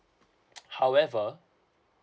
however